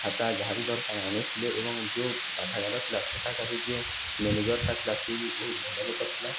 ଖାତା ଯାହା ବି ଦରକାର ଆଣୁଥିଲେ ଏବଂ ଯେଉଁ ପାଠାଗାର ଥିଲା ସେଠାକାର ଯେଉଁ ମ୍ୟାନେଜର୍ଟା ଥିଲା ସେ ବି ବହୁତ ଭଲ ଲୋକ ଥିଲା